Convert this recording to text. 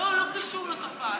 לא, לא קשור לתופעה.